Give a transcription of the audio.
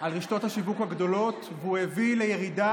על רשתות השיווק הגדולות והביא לירידה